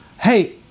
Hey